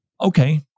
Okay